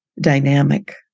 dynamic